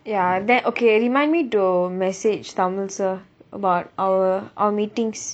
ya that okay remind me to message tamil sir about our our meetings